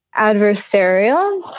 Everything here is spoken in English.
adversarial